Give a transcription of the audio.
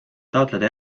taotleda